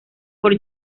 por